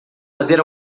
fazer